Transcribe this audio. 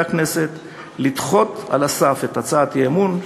הכנסת לדחות על הסף את הצעת האי-אמון,